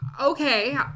okay